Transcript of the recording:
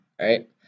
right